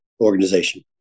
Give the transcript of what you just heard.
organization